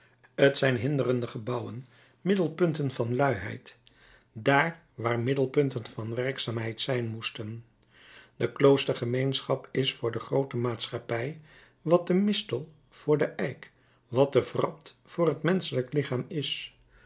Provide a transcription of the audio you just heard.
t zijn hinderende gebouwen middelpunten van luiheid dààr waar middelpunten van werkzaamheid zijn moesten de kloostergemeenschap is voor de groote maatschappij wat de mistel voor den eik wat de wrat voor het menschelijk lichaam is